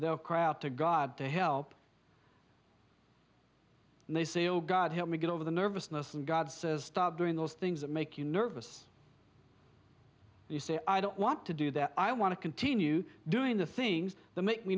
they'll crowd to god to help and they say oh god help me get over the nervousness and god says stop doing those things that make you nervous you say i don't want to do that i want to continue doing the things that make me